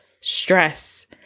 stress